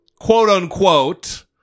quote-unquote